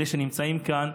אלה שנמצאים כאן,